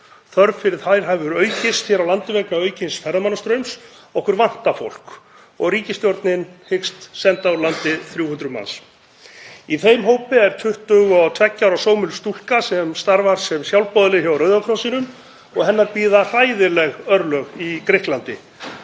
vinnufúsar hendur hefur aukist hér á landi vegna aukins ferðamannastraums. Okkur vantar fólk og ríkisstjórnin hyggst senda úr landi 300 manns. Í þeim hópi er 22 ára sómölsk stúlka sem starfar sem sjálfboðaliði hjá Rauða krossinum og hennar bíða hræðileg örlög í Grikklandi.